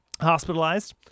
Hospitalized